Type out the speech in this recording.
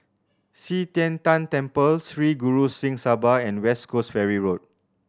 Qi Tian Tan Temple Sri Guru Singh Sabha and West Coast Ferry Road